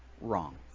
wrong